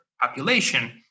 population